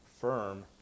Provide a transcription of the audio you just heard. firm